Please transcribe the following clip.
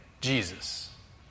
Jesus